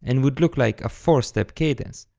and would look like a four-step cadence.